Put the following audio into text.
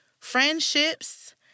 Friendships